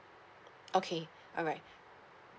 okay alright